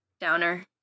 downer